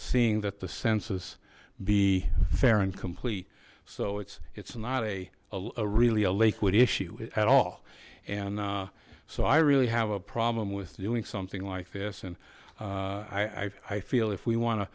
seeing that the census be fair and complete so it's it's not a really a liquid issue at all and so i really have a problem with doing something like this and i i feel if we want to